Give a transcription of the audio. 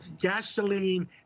gasoline